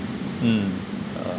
mm uh